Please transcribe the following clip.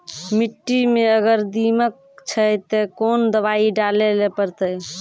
मिट्टी मे अगर दीमक छै ते कोंन दवाई डाले ले परतय?